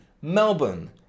Melbourne